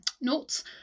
notes